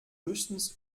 höchstens